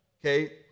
okay